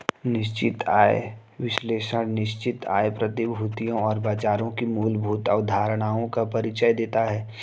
निश्चित आय विश्लेषण निश्चित आय प्रतिभूतियों और बाजारों की मूलभूत अवधारणाओं का परिचय देता है